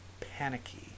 panicky